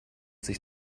sich